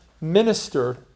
minister